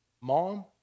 mom